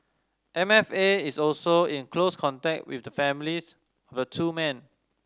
M F A is also in close contact with the families of two men